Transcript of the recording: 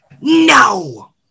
No